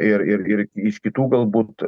ir ir ir iš kitų galbūt